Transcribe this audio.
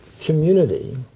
community